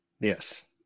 Yes